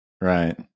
Right